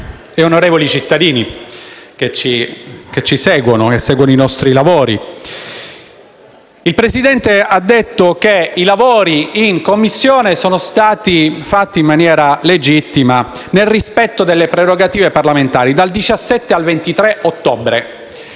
onorevoli cittadini che seguite i nostri lavori, il Presidente ha detto che i lavori in Commissione si sono svolti in maniera legittima, nel rispetto delle prerogative parlamentari, dal 17 al 23 ottobre.